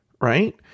right